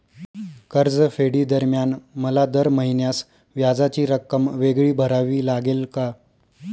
कर्जफेडीदरम्यान मला दर महिन्यास व्याजाची रक्कम वेगळी भरावी लागेल का?